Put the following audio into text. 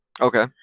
Okay